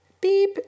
beep